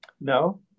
No